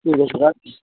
ঠিক আছে রাখছি